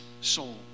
soul